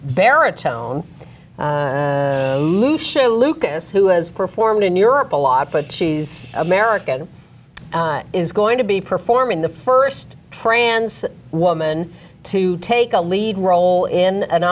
baritone lucas who has performed in europe a lot but she's american is going to be performing the first trans woman to take a lead role in an